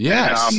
Yes